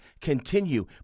continue